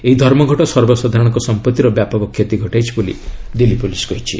ଏହି ଧର୍ମଘଟ ସର୍ବସାଧାରଣଙ୍କ ସମ୍ପତ୍ତିର ବ୍ୟାପକ କ୍ଷତି ଘଟାଇଛି ବୋଲି ଦିଲ୍ଲୀ ପୁଲିସ୍ କହିଛି